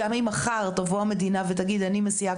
גם אם מחר תבוא המדינה ותגיד אני מסיעה